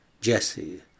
Jesse